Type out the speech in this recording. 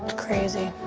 crazy.